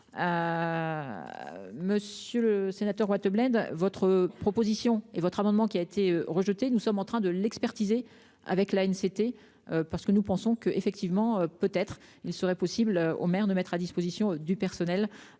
Monsieur le sénateur Wattebled votre proposition et votre amendement qui a été rejeté. Nous sommes en train de l'expertiser avec la une société parce que nous pensons que, effectivement, peut-être il serait possible au maire de mettre à disposition du personnel